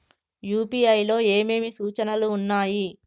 UPI లో ఏమేమి సూచనలు ఉన్నాయి?